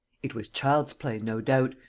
it was child's play, no doubt,